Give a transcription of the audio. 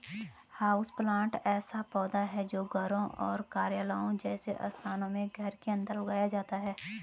houseplant ऐसा पौधा है जो घरों और कार्यालयों जैसे स्थानों में घर के अंदर उगाया जाता है